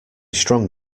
strong